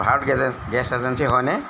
ভাৰত গেজে gas agency হয়নে